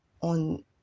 on